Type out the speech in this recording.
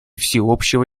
всеобщего